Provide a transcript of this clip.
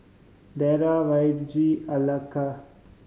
Darrel Virge